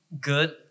good